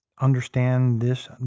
understand this.